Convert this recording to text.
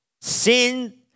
Sin